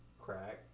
Crack